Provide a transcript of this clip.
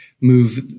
move